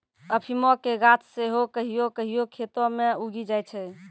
अफीमो के गाछ सेहो कहियो कहियो खेतो मे उगी जाय छै